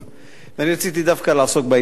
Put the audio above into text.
ואני רציתי דווקא לעסוק בעניין של חוק טל,